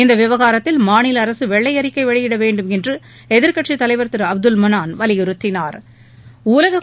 இந்த விவகாரத்தில் மாநில அரசு வெள்ளை அறிக்கை வெளியிட வேண்டும் என்று எதிர்கட்சி தலைவர் திரு அப்துல் மனான் வலியுறுத்தினாா்